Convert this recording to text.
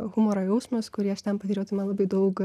humoro jausmas kurį aš ten patyriau tai man labai daug